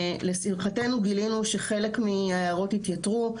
ולשמחתנו גילינו שחלק מההערות התייתרו,